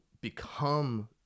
become